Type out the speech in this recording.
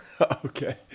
Okay